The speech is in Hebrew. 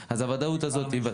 גם ארגון צוות אז בזמנו רצה